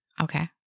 Okay